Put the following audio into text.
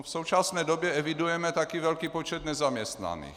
V současné době evidujeme také velký počet nezaměstnaných.